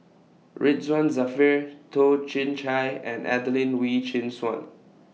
Ridzwan Dzafir Toh Chin Chye and Adelene Wee Chin Suan